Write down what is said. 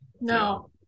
No